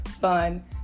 fun